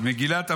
מגילת המקבים,